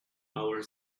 our